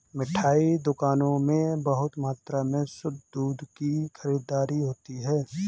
मिठाई दुकानों में बहुत मात्रा में शुद्ध दूध की खरीददारी होती है